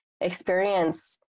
experience